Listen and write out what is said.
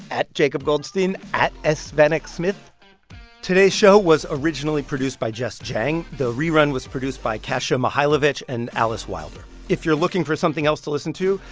at jacobgoldstein, at ah svaneksmith. today's show was originally produced by jess jiang. the rerun was produced by kasha mihailovich and alice wilder if you're looking for something else to listen to,